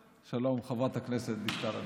שלום, חברת הכנסת דיסטל אטבריאן.